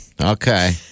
Okay